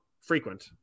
frequent